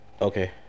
okay